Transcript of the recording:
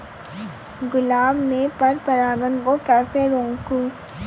गुलाब में पर परागन को कैसे रोकुं?